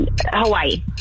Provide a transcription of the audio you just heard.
Hawaii